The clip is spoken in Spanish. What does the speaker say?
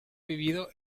vivido